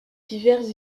divers